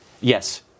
Yes